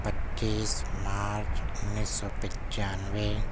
پچیس مارچ انیس سو پچانوے